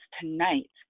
tonight